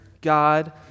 God